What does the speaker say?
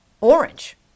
orange